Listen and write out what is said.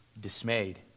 dismayed